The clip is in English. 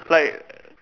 like